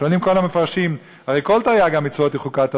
שואלים כל המפרשים: הרי כל תרי"ג המצוות הן חוקת התורה,